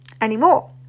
anymore